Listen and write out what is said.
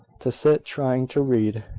to sit trying to read,